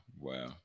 Wow